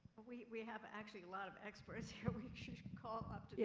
we we have actually a lot of experts here we should call up to the